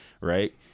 right